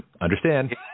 Understand